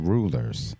Rulers